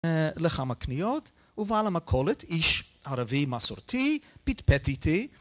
לכמה קניות, ובעל המכולת, איש ערבי מסורתי, פיטפט איתי